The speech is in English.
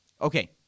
Okay